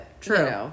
true